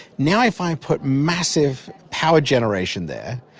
now if i put massive power generation there,